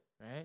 right